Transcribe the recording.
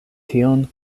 tion